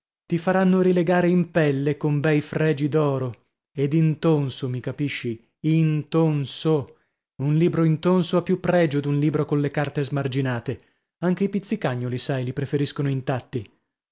ti faranno rilegare in pelle con bei fregi d'oro ed intonso mi capisci intonso un libro intonso ha più pregio d'un libro colle carte smarginate anche i pizzicagnoli sai li preferiscono intatti